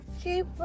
keep